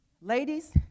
Ladies